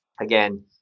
Again